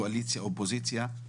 קואליציה ואופוזיציה,